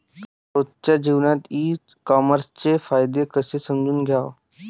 रोजच्या जीवनात ई कामर्सचे फायदे कसे समजून घ्याव?